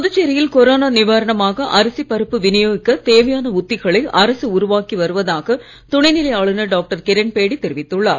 புதுச்சேரியில் கொரோனா நிவாரணமாக அரிசி பருப்பு விநியோகிக்க தேவையான உத்திகளை அரசு உருவாக்கி வருவதாக துணைநிலை ஆளுநர் டாக்டர் கிரண்பேடி தெரிவித்துள்ளார்